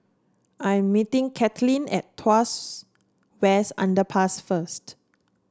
I am meeting Caitlynn at Tuas West Underpass first